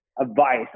advice